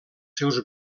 seus